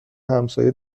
همسایه